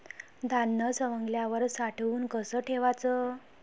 धान्य सवंगल्यावर साठवून कस ठेवाच?